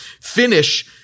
finish